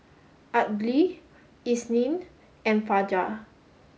Aidil Isnin and Fajar